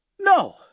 No